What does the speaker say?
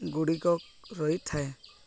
ଗୁଡ଼ିକ ରହିଥାଏ